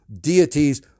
deities